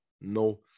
No